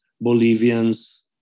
Bolivians